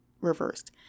reversed